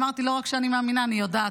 אמרתי: לא רק שאני מאמינה, אני יודעת.